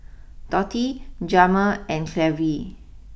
Dotty Jamir and Clevie